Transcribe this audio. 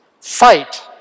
Fight